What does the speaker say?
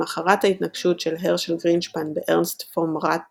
למחרת ההתנקשות של הרשל גרינשפן בארנסט פום ראט